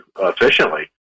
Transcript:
efficiently